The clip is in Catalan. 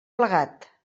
plegat